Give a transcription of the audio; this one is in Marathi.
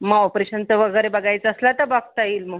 मग ऑपरेशन चा वगैरे बघायचा असल तर बघता येईल मग